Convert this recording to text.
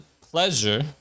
pleasure